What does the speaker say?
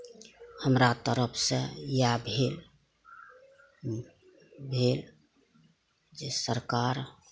हमरा तरफ सऽ इएह भेल भेल जे सरकार